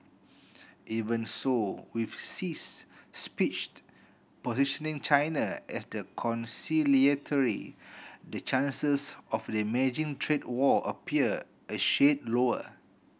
even so with Xi's speech positioning China as the conciliatory the chances of damaging trade war appear a shade lower